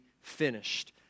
finished